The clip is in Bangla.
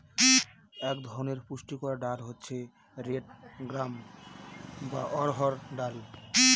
এক ধরনের পুষ্টিকর ডাল হচ্ছে রেড গ্রাম বা অড়হর ডাল